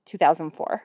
2004